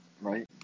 right